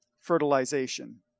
fertilization